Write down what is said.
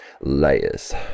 Layers